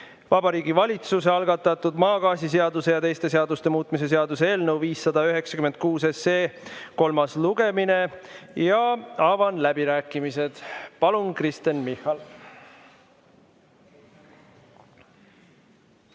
Vabariigi Valitsuse algatatud maagaasiseaduse ja teiste seaduste muutmise seaduse eelnõu 596 kolmas lugemine. Avan läbirääkimised. Palun, Kristen Michal!